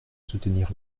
soutenir